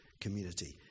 community